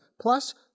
plus